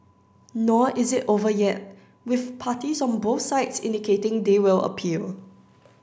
nor is it over yet with parties on both sides indicating they will appeal